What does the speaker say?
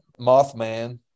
Mothman